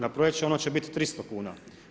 Na proljeće ono će biti 300 kuna.